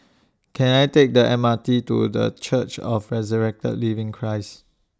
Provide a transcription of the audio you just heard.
Can I Take The M R T to The Church of Resurrected Living Christ